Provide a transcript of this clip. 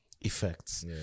effects